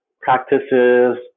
practices